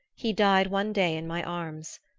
he died one day in my arms.